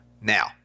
Now